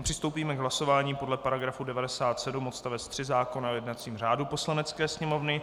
Přistoupíme k hlasování podle § 97 odst. 3 zákona o jednacím řádu Poslanecké sněmovny.